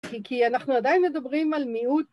כי אנחנו עדיין מדברים על מיעוט